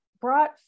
brought